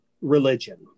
religion